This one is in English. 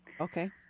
okay